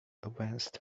advanced